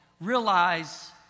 realize